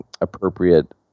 appropriate